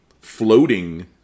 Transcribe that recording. floating